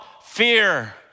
fear